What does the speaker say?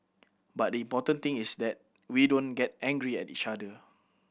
but the important thing is that we don't get angry at each other